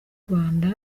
rwanda